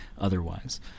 otherwise